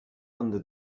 under